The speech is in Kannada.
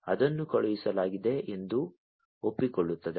ಆದ್ದರಿಂದ ಅದನ್ನು ಕಳುಹಿಸಲಾಗಿದೆ ಎಂದು ಒಪ್ಪಿಕೊಳ್ಳುತ್ತದೆ